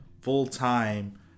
full-time